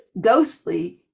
ghostly